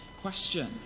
question